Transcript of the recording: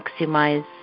maximize